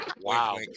Wow